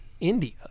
India